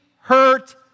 hurt